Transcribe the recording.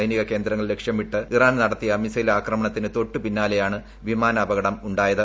സൈനിക കേന്ദ്രങ്ങൾ ലക്ഷ്യമിട്ട് ഇറാൻ നടത്തിയ മിസൈൽ ആക്രമണത്തിനു തൊട്ടുപിന്നാലെയാണ് വിമാനാപകടം ഉണ്ടായത്